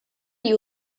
you